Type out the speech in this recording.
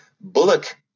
Bullock